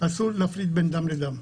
אסור להפריד בין דם לדם.